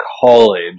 college